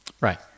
Right